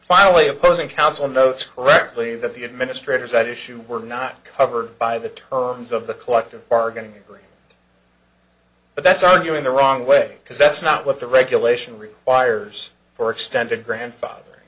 finally opposing counsel notes correctly that the administrators at issue were not covered by the terms of the collective bargaining agreement but that's arguing the wrong way because that's not what the regulation requires for extended grandfather